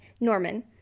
Norman